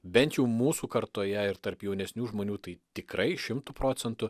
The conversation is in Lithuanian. bent jau mūsų kartoje ir tarp jaunesnių žmonių tai tikrai šimtu procentų